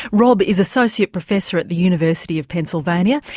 rob is associate professor at the university of pennsylvania,